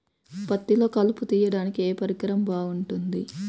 పత్తిలో కలుపు తీయడానికి ఏ పరికరం బాగుంటుంది?